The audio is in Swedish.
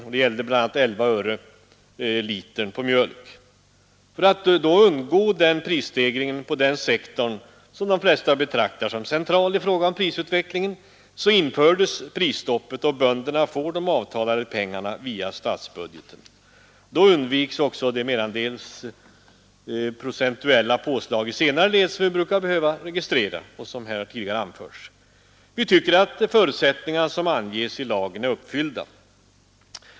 Detta gällde bl.a. 11 öre per liter mjölk. För att undgå prisstegringen på denna sektor, som de flesta betraktar som central i fråga om prisutvecklingen, infördes prisstoppet. Bönderna får då de avtalade pengarna via statsbudgeten. Man undviker också de procentuella påslag i senare led som vi brukar registrera och som här tidigare anförts. Vi anser att de förutsättningar som anges i lagen är uppfyllda.